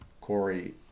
Corey